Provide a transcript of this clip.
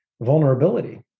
vulnerability